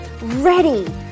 ready